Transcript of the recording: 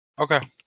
Okay